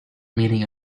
meaning